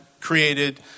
created